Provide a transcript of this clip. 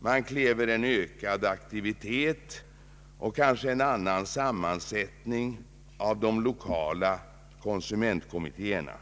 Man kräver vidare en ökad aktivitet och kanske en annan sammansättning av de lokala konsumentkommittéerna.